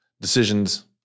decisions